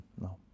No